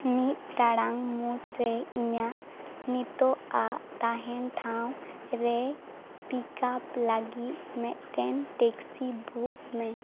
ᱢᱤᱫ ᱴᱟᱲᱟᱝ ᱢᱩᱫᱽᱨᱮ ᱤᱧᱟᱹᱜ ᱱᱤᱛᱚᱜᱼᱟᱜ ᱛᱟᱦᱮᱱ ᱴᱷᱟᱶ ᱨᱮ ᱯᱤᱠᱟᱯ ᱞᱟᱜᱤᱫ ᱢᱤᱫᱴᱮᱱ ᱴᱮᱠᱥᱤ ᱵᱩᱠ ᱢᱮ